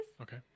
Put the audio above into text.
Okay